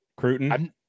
Cruton